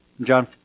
John